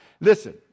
listen